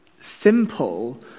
simple